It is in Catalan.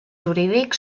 jurídic